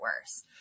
worse